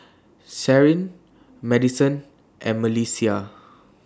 Carin Madisen and Melissia